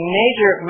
major